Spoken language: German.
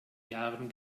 jahren